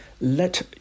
Let